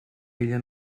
ella